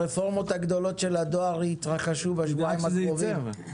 הרפורמות הגדולות של הדואר יתרחשו בשבועיים הקרובים.